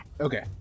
Okay